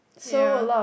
ya